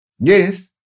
Yes